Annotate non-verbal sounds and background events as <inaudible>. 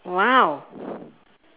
!wow! <breath>